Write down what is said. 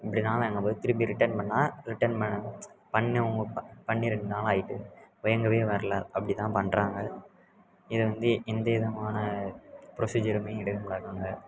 இப்படி தான் வாங்கபோது திரும்பி ரிட்டர்ன் பண்ணால் ரிட்டன் பண்ணவங்க பண்ணி ரெண்டு நாள் ஆகிட்டு வாங்கவே வரல அப்படிதான் பண்ணுறாங்க இதை வந்து எந்த விதமான புரொசிஜருமே எடுக்க மாட்டுறாங்க